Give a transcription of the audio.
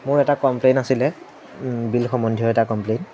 মোৰ এটা কমপ্লেইন আছিলে বিল সম্বন্ধীয় এটা কমপ্লেইন